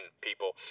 people